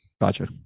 Gotcha